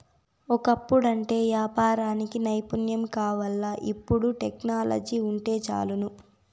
ఒకప్పుడంటే యాపారానికి నైపుణ్యం కావాల్ల, ఇపుడు టెక్నాలజీ వుంటే చాలును